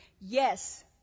Yes